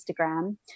Instagram